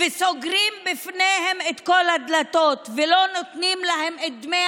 וסוגרים בפניהם את כל הדלתות ולא נותנים להם את דמי